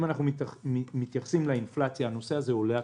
אם מתייחסים לאינפלציה הנושא הזה עולה.